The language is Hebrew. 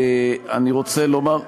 ייהנה מהחוק.